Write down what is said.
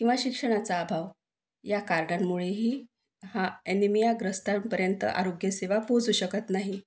किंवा शिक्षणाचा अभाव या कारणांमुळे ही हा ॲनिमिया ग्रस्तांपर्यंत आरोग्यसेवा पोहोचू शकत नाही